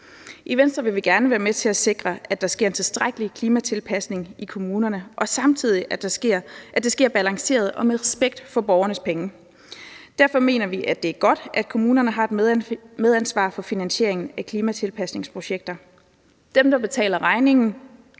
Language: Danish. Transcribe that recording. I Venstre vil vi gerne være med til at sikre, at der sker en tilstrækkelig klimatilpasning i kommunerne, og at det samtidig sker balanceret og med respekt for borgernes penge. Derfor mener vi, det er godt, at kommunerne har et medansvar for finansiering af klimatilpasningsprojekter. Dem, der betaler regningen,